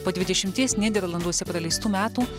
po dvidešimties nyderlanduose praleistų metų